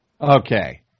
Okay